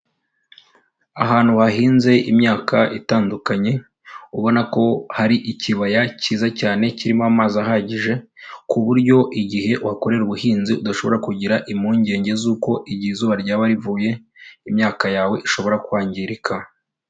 Ahantu hahinze imyaka itandukanye, ubona ko hari ikibaya kiza cyane kirimo amazi ahagije, ku buryo igihe uhakorera ubuhinzi udashobora kugira impungenge zuko igihe izuba ryaba rivuye imyaka yawe ishobora kwangirika.